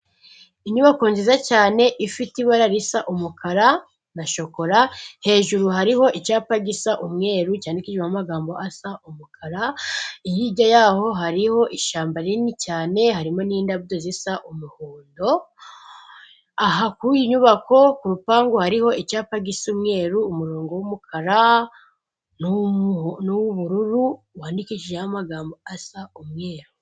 Inyubako nziza cyane, ifite ibara risa umukara na shokora, hejuru hariho icyapa gisa umweru cyandikishijemo amagambo asa umukara, hirya y'aho hariho ishyamba rinini cyane, harimo n'indabyo zisa umuhondo, aha kuri iyi nyubako ku rupangu hariho icyapa gisa umweru, umurongo w'umukara, n'uw'ubururu, wandikishijeho amagambo asa umweru,